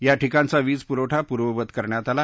या ठिकाणचा वीजपुरवठा पूर्ववत करण्यात आला